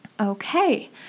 Okay